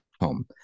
home